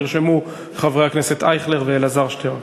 נרשמו חברי הכנסת אייכלר ואלעזר שטרן.